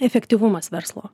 efektyvumas verslo